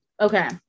okay